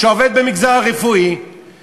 שעובד במגזר הרפואי,